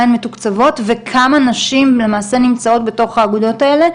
הן מתוקצבות וכמה נשים למעשה נמצאות בתוך האגודות האלה,